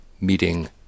meeting